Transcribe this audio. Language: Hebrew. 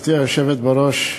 גברתי היושבת בראש,